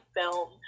film